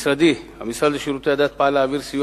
המסחר והתעסוקה אורית נוקד: